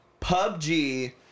PUBG